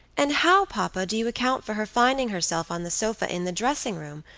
and how, papa, do you account for her finding herself on the sofa in the dressing room,